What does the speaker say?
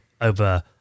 over